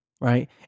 Right